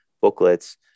booklets